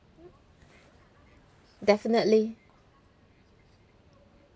definitely